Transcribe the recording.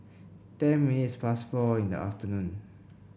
ten minutes past four in the afternoon